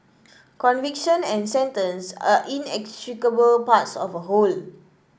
conviction and sentence are inextricable parts of a whole